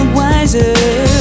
wiser